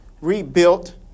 rebuilt